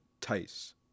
Tice